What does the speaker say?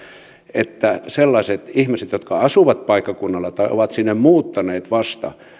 että sellaiset ihmiset jotka asuvat paikkakunnalla tai ovat sinne muuttaneet vasta